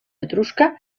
etrusca